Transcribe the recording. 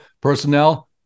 personnel—